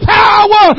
power